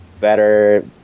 better